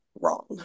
Wrong